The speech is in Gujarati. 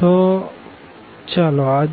તો આ